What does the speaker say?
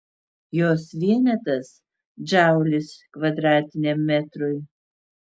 jos vienetas džaulis kvadratiniam metrui